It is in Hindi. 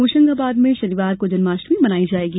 होशंगाबाद में शनिवार को जन्माष्टमी मनाई जायेगी